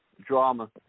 Drama